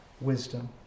wisdom